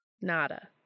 Nada